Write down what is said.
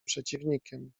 przeciwnikiem